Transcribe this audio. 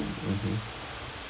mmhmm